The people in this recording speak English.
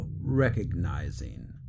recognizing